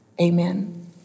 amen